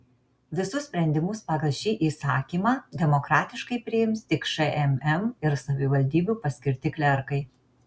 visus sprendimus pagal šį įsakymą demokratiškai priims tik šmm ir savivaldybių paskirti klerkai